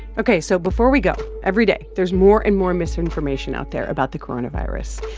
ok, so before we go, every day, there's more and more misinformation out there about the coronavirus.